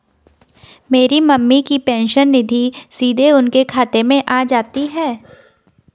मेरी मम्मी की पेंशन निधि सीधे उनके खाते में आ जाती है